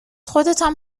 خودتان